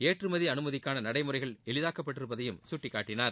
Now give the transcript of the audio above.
ஏற்றுமதி அனுமதிக்கான நடைமுறைகள் எளிதாக்கப்பட்டிருப்பதையும் சுட்டிக்காட்டினார்